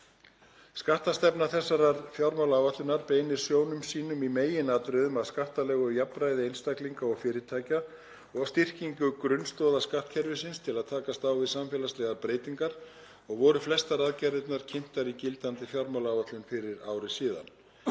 Skattstefna þessarar fjármálaáætlunar beinir sjónum sínum í meginatriðum að skattalegu jafnræði einstaklinga og fyrirtækja og að styrkingu grunnstoða skattkerfisins til að takast á við samfélagslegar breytingar og voru flestar aðgerðirnar kynntar í gildandi fjármálaáætlun fyrir ári síðan.